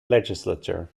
legislature